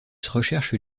recherche